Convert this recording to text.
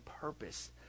purpose